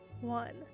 one